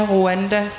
Rwanda